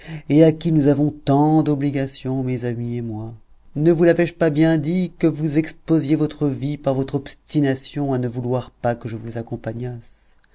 et à qui nous avons tant d'obligation mes amis et moi ne vous lavais je pas bien dit que vous exposiez votre vie par votre obstination à ne vouloir pas que je vous accompagnasse